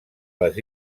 les